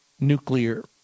nuclear